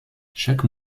chaque